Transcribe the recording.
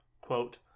quote